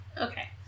Okay